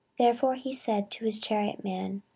therefore he said to his chariot man,